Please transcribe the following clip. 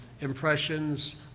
impressions